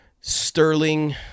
Sterling